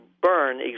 burn